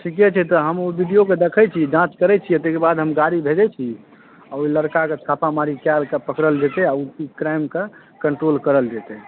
ठीके छै तऽ हमहूँ ओ वीडिओकेँ देख़ैत छी जाँच करैत छी तकर बाद हम गाड़ी भेजय छी ओ लड़काके छापामारी कए कऽ पकड़ल जेतै ई क्राइमके कंट्रोल करल जेतै